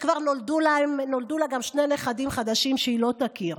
שכבר נולדו לה גם שני נכדים חדשים שהיא לא תכיר.